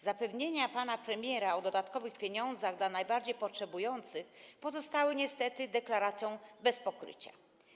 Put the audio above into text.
Zapewnienia pana premiera o dodatkowych pieniądzach dla najbardziej potrzebujących pozostały niestety deklaracją bez pokrycia.